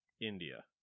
India